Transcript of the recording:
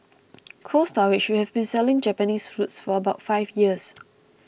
Cold Storage which has been selling Japanese fruits for about five years